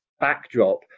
backdrop